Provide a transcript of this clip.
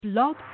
blog